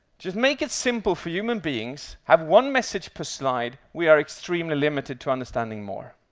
just make it simple for human beings. have one message per slide. we are extremely limited to understanding more.